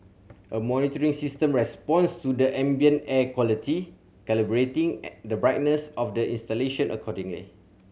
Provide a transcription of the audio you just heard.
a monitoring system responds to the ambient air quality calibrating the brightness of the installation accordingly